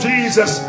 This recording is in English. Jesus